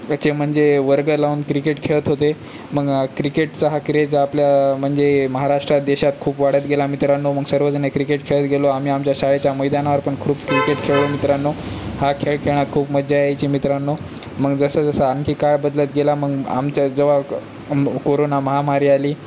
चे म्हणजे वर्ग लावून क्रिकेट खेळत होते मग क्रिकेटचा हा क्रेज आपल्या म्हणजे महाराष्ट्रात देशात खूप वाढत गेला मित्रांनो मग सर्वजण क्रिकेट खेळत गेलो आम्ही आमच्या शाळेच्या मैदानावरपण खूप क्रिकेट खेळलो मित्रांनो हा खेळ खेळण्यात खूप मज्जा यायची मित्रांनो मग जसं जसं आणखी काळ बदलत गेला मग आमच्या जवळ कोरोना महामारी आली